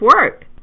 work